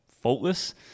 faultless